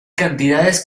cantidades